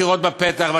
בחירות בפתח,